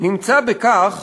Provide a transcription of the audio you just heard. בכך